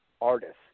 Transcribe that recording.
artists